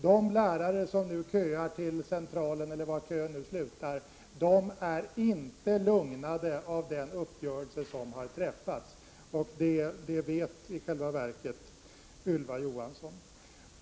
De lärare som i dag köar från Centralen — eller var kön nu slutar — har inte blivit lugnade av den uppgörelse som träffats. Det vet i själva verket Ylva Johansson.